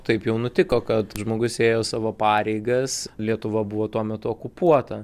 taip jau nutiko kad žmogus ėjo savo pareigas lietuva buvo tuo metu okupuota